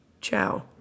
Ciao